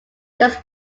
this